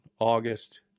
August